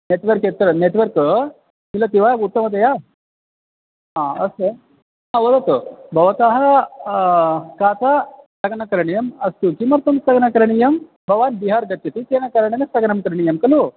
network यत्र network मिलति वा उत्तमतया आ अस्तु अ वदतु भवतः कात स्थगनं करणीयम् अस्तु किमर्थं स्थगनं करणीयं भवान् बिहार् गच्छति चेत् कारणेन स्थगनं करणीयं खलु